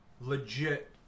Legit